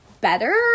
better